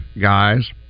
guys